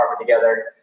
together